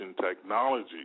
technology